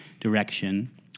direction